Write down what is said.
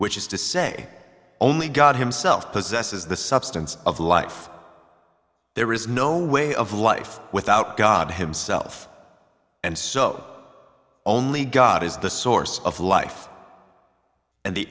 which is to say only god himself possesses the substance of life there is no way of life without god himself and so only god is the source of life and the